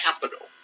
capital